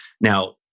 Now